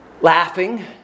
laughing